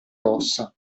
ossa